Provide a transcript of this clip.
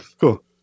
cool